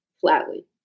flatly